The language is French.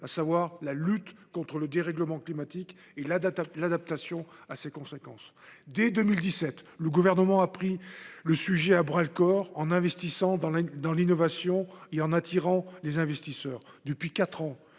à savoir la lutte contre le dérèglement climatique et l’adaptation à ses conséquences. Dès 2017, le Gouvernement a pris le sujet à bras-le-corps, en investissant dans l’innovation et en attirant les investisseurs. Depuis quatre